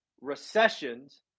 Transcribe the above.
recessions